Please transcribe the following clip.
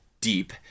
deep